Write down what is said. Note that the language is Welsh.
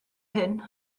hyn